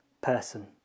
person